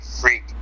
freak